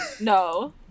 No